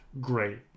great